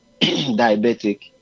diabetic